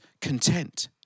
content